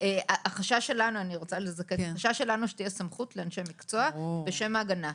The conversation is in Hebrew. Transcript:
החשש שלנו שתהיה סמכות לאנשי מקצוע בשם ההגנה.